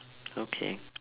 okay